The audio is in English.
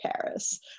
Paris